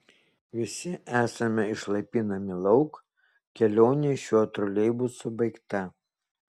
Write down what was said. visi esame išlaipinami lauk kelionė šiuo troleibusu baigta